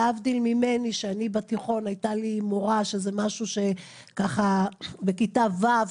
להבדיל ממני שאני בתיכון הייתה לי מורה בכיתה ו'